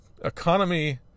economy